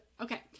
okay